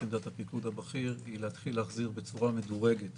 עמדת הפיקוד הבכיר היא להתחיל להחזיר בצורה מדורגת